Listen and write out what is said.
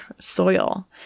soil